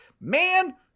man